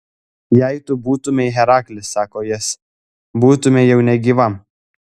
jei tu būtumei heraklis sako jis būtumei jau negyva